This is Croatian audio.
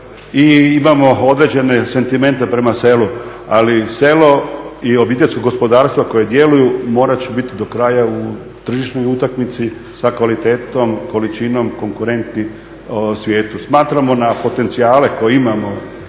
i imamo određene sentimente prema selu. Ali selo i obiteljsko gospodarstvo koje djeluju morati će biti do kraja u tržišnoj utakmici sa kvalitetom, količinom, konkurenti svijetu. Smatramo na potencijale koje imamo